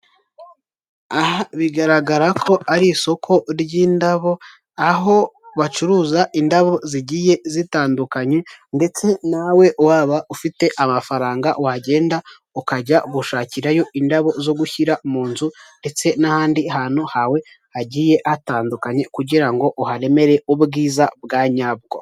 Aha bigaragara ko ari isoko ry'indabo, aho bacuruza indabo zigiye zitandukanye ndetse nawe waba ufite amafaranga wagenda ukajya gushakirayo indabo zo gushyira mu nzu ndetse n'ahandi hantu hawe hagiye hatandukanye kugirango uharemere ubwiza bwa nyabwo.